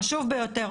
חשוב לומר,